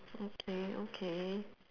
okay okay